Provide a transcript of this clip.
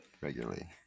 regularly